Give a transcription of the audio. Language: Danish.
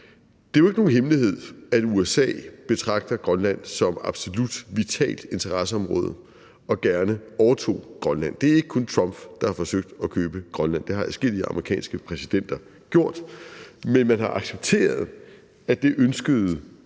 Det er jo ikke nogen hemmelighed, at USA betragter Grønland som absolut vitalt interesseområde og gerne overtog Grønland. Det er ikke kun Trump, der har forsøgt at købe Grønland. Det har adskillige amerikanske præsidenter gjort, men man har accepteret, at det ønskede